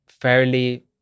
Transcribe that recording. fairly